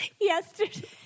Yesterday